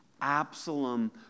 Absalom